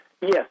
yes